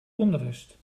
onrust